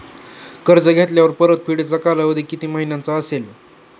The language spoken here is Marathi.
कर्ज घेतल्यावर परतफेडीचा कालावधी किती महिन्यांचा असेल?